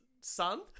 son